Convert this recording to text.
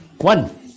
one